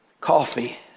coffee